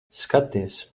skaties